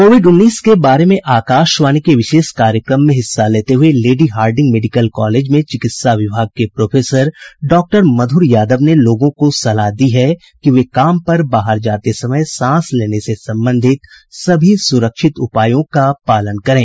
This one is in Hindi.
कोविड उन्नीस के बारे में आकाशवाणी के विशेष कार्यक्रम में हिस्सा लेते हुए लेडी हार्डिंग मेडिकल कॉलेज में चिकित्सा विभाग के प्रोफेसर डॉक्टर मधुर यादव ने लोगों को सलाह दी है कि वे काम पर बाहर जाते समय सांस लेने से संबंधित सभी सुरक्षित उपायों का पालन करें